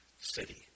city